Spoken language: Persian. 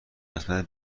قسمت